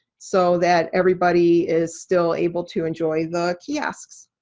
so that everybody is still able to enjoy the kiosks.